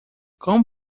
como